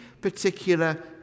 particular